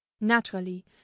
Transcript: Naturally